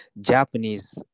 Japanese